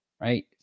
right